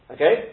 Okay